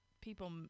people